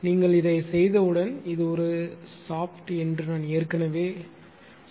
நீங்கள் இதைச் செய்தவுடன் இது ஒரு ஷாப்ட் என்று நான் ஏற்கனவே சொன்னேன்